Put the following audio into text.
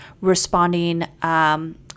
responding